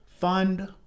fund